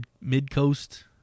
Mid-coast